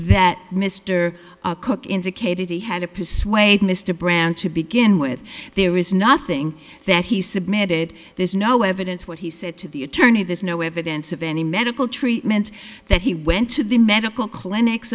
that mr cook indicated he had to persuade mr brand to begin with there was nothing that he submitted there's no evidence what he said to the attorney there's no evidence of any medical treatment that he went to the medical clinics